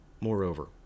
Moreover